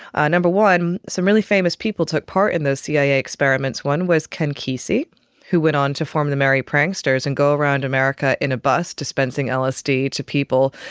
ah number one, some really famous people took part in those cia experiments. one was ken kesey who went on to form the merry pranksters and go around america in a bus dispensing lsd to people.